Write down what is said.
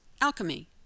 alchemy